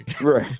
Right